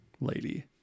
lady